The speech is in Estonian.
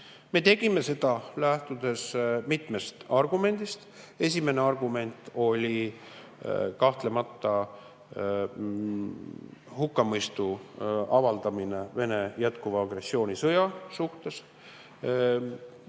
Me tegime seda, lähtudes mitmest argumendist. Esimene argument oli kahtlemata hukkamõistu avaldamine Vene jätkuva agressioonisõja suhtes.